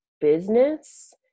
business